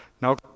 Now